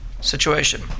situation